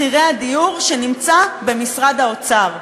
מחירי הדיור, שנמצאות במשרד האוצר.